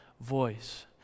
voice